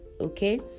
okay